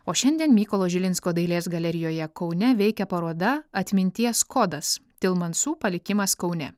o šiandien mykolo žilinsko dailės galerijoje kaune veikia paroda atminties kodas tilmansų palikimas kaune